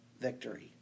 victory